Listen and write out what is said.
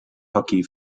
hockey